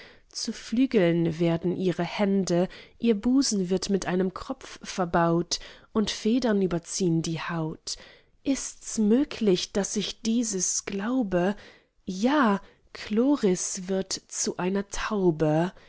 zu flügeln werden ihre hände ihr busen wird mit einem kropf verbaut und federn überziehn die haut ists möglich daß ich dieses glaube ja chloris wird zu einer taube